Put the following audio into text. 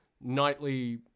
nightly